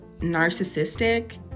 narcissistic